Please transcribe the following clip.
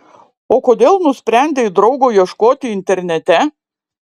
o kodėl nusprendei draugo ieškoti internete